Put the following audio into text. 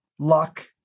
luck